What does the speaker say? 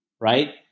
Right